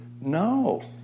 No